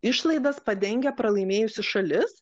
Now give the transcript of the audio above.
išlaidas padengia pralaimėjusi šalis